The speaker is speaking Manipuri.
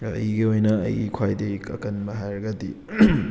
ꯑꯩꯒꯤ ꯑꯣꯏꯅ ꯑꯩꯒꯤ ꯈ꯭ꯋꯥꯏꯗꯒꯤ ꯑꯀꯟꯕ ꯍꯥꯏꯔꯒꯗꯤ